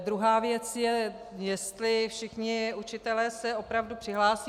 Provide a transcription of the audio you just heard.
Druhá věc je, jestli všichni učitelé se opravdu přihlásí.